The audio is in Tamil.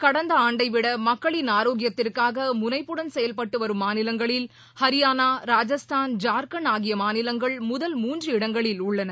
கடந்த ஆண்டைவிட மக்களின் ஆரோக்கியத்திற்காக முனைப்புடன் செயல்பட்டுவரும் மாநிலங்களில் ஹரியானா ராஜஸ்தான் ஜார்கண்ட் ஆகிய மாநிலங்கள் முதல் மூன்று இடங்களில் உள்ளன